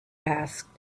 asked